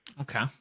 Okay